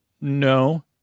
No